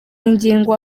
ngingo